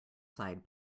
side